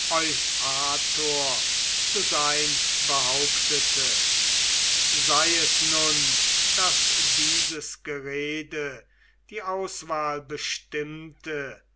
zu sein behauptete sei es nun daß dieses gerede die auswahl bestimmte